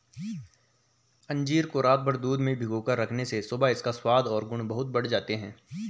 अंजीर को रातभर दूध में भिगोकर रखने से सुबह इसका स्वाद और गुण बहुत बढ़ जाते हैं